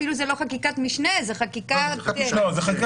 זו אפילו לא חקיקת משנה --- זו חקיקת משנה.